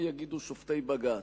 מה יגידו שופטי בג"ץ.